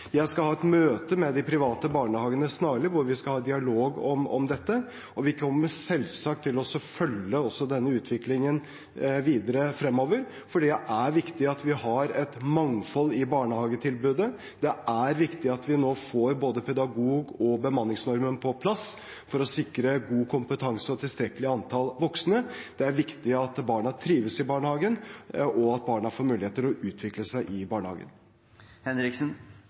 Jeg skal ha et møte med de private barnehagene snarlig hvor vi skal ha dialog om dette, og vi kommer selvsagt til å følge også denne utviklingen videre fremover, for det er viktig at vi har et mangfold i barnehagetilbudet. Det er viktig at vi nå får både pedagognormen og bemanningsnormen på plass for å sikre god kompetanse og et tilstrekkelig antall voksne. Det er viktig at barna trives i barnehagen, og at barna får mulighet til å utvikle seg i